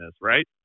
right